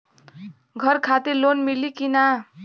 घर खातिर लोन मिली कि ना?